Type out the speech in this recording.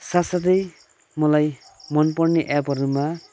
साथ साथै मलाई मनपर्ने एपहरूमा